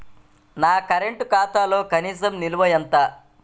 నా కరెంట్ ఖాతాలో కనీస నిల్వ ఎంత?